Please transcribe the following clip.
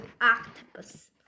octopus